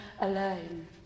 alone